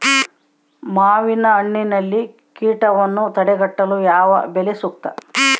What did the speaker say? ಮಾವಿನಹಣ್ಣಿನಲ್ಲಿ ಕೇಟವನ್ನು ತಡೆಗಟ್ಟಲು ಯಾವ ಬಲೆ ಸೂಕ್ತ?